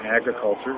agriculture